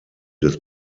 des